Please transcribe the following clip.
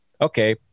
okay